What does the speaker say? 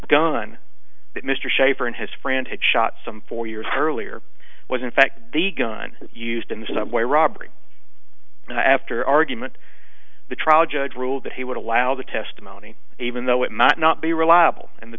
gun that mr shafer and his friend had shot some four years earlier was in fact the gun used in the subway robbery after argument the trial judge ruled that he would allow the testimony even though it might not be reliable and the